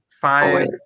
five